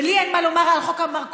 ולי אין מה לומר על חוק המרכולים,